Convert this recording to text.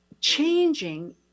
changing